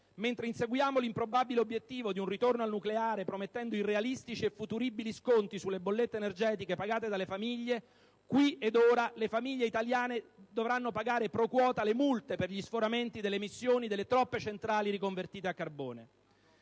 Mentre inseguiamo l'improbabile obiettivo di un ritorno al nucleare, promettendo irrealistici e futuribili sconti sulle bollette energetiche pagate dalle famiglie, qui ed ora le famiglie italiane dovranno pagare, *pro quota*, le multe per gli sforamenti delle emissioni delle troppe centrali riconvertite a carbone.